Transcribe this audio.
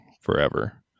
forever